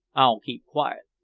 i'll keep quiet.